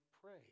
pray